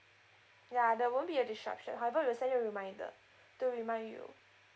ya there won't be a disruption however we'll send you a reminder to remind you